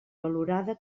valorada